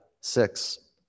six